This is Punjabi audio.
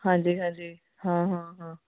ਹਾਂਜੀ ਹਾਂਜੀ ਹਾਂ ਹਾਂ ਹਾਂ